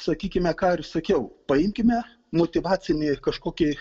sakykime ką ir sakiau paimkime motyvacinį kažkokį